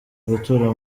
gutura